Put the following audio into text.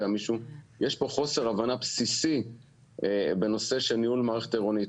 יש פה חוסר הבנה בסיסי בנושא של ניהול מערכת עירונית.